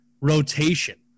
rotation